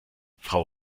frau